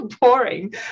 boring